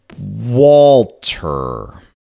Walter